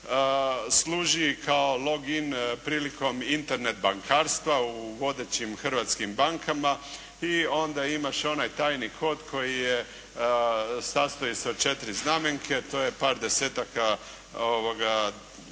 služi kao log in prilikom Internet bankarstva u vodećim hrvatskim bankama i onda imaš onaj tajni kod koji je, sastoji se od četiri znamenke, to je par desetaka,